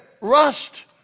rust